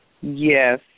Yes